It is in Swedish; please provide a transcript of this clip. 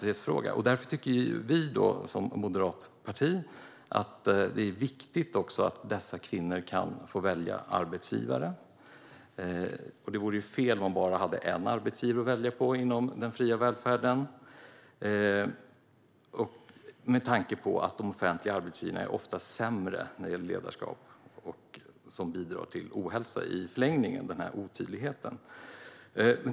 Därför tycker vi i Moderaterna att det är viktigt att dessa kvinnor kan få välja arbetsgivare. Det vore fel om de bara hade en arbetsgivare att välja på inom den fria välfärden, med tanke på att de offentliga arbetsgivarna oftast är sämre och otydligare när det gäller ledarskap, vilket i förlängningen bidrar till ohälsa.